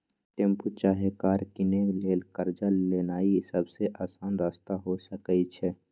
tempo चाहे car किनै लेल कर्जा लेनाइ सबसे अशान रस्ता हो सकइ छै